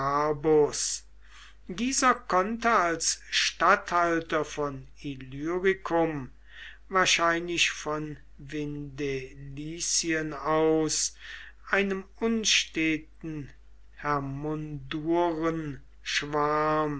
dieser konnte als statthalter von illyricum wahrscheinlich von vindelizien aus einem unsteten